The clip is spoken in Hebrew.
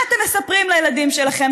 מה אתם מספרים לילדים שלכם?